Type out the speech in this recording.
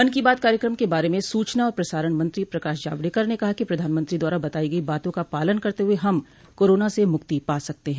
मन की बात कार्यक्रम के बारे में सूचना और प्रसारण मंत्री प्रकाश जावड़ेकर ने कहा कि प्रधानमंत्री द्वारा बताई गई बातों का पालन करते हुए हम कोरोना से मुक्ति पा सकते हैं